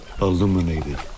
illuminated